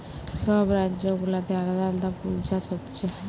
সব রাজ্য গুলাতে আলাদা আলাদা ফুল চাষ হচ্ছে